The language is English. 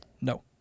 No